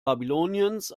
babyloniens